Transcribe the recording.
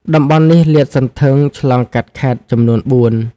តំបន់នេះលាតសន្ធឹងឆ្លងកាត់ខេត្តចំនួនបួន។